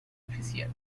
artificial